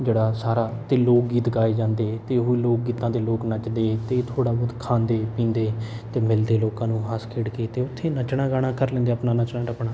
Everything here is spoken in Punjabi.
ਜਿਹੜਾ ਸਾਰਾ ਅਤੇ ਲੋਕ ਗੀਤ ਗਾਏ ਜਾਂਦੇ ਅਤੇ ਉਹ ਲੋਕ ਗੀਤਾਂ 'ਤੇ ਲੋਕ ਨੱਚਦੇ ਅਤੇ ਥੋੜ੍ਹਾ ਬਹੁਤ ਖਾਂਦੇ ਪੀਂਦੇ ਅਤੇ ਮਿਲਦੇ ਲੋਕਾਂ ਨੂੰ ਹੱਸ ਖੇਡ ਕੇ ਅਤੇ ਉੱਥੇ ਨੱਚਣਾ ਗਾਣਾ ਕਰ ਲੈਂਦੇ ਆਪਣਾ ਨੱਚਣਾ ਟੱਪਣਾ